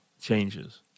changes